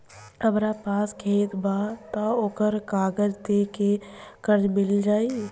हमरा पास खेत बा त ओकर कागज दे के कर्जा मिल जाई?